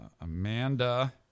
Amanda